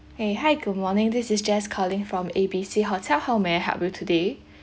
!hey! hi good morning this is jess calling from A B C hotel how may I help you today